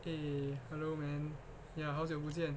eh hello man ya ya 好久不见